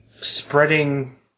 spreading